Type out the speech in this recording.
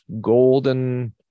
golden